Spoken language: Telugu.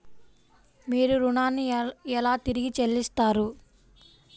మీరు ఋణాన్ని ఎలా తిరిగి చెల్లిస్తారు?